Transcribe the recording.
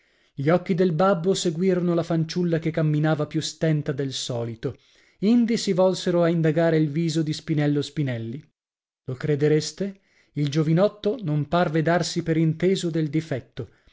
gli occhi del babbo seguirono la fanciulla che camminava più stenta del solito indi si volsero a indagare il viso di spinello spinelli lo credereste il giovinetto non parve darsi per inteso del difetto